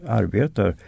arbetar